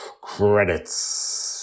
credits